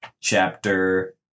chapter